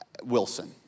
Wilson